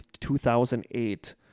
2008